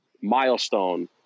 milestone